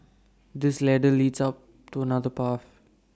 this ladder leads to another path